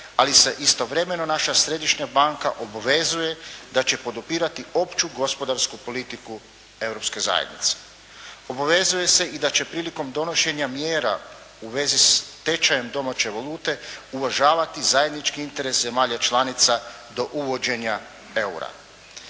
ali se istovremeno naša središnja banka obavezuje da će podupirati opću gospodarsku politiku Europske zajednice. Obavezuje se i da će prilikom donošenja mjera u vezi s tečajem domaće valute, uvažavati zajednički interes zemalja članica do uvođenja eura.